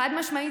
חד-משמעית.